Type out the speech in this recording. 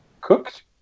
Cooked